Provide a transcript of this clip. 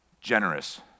generous